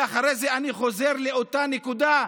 ואחרי זה אני חוזר לאותה נקודה.